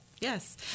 Yes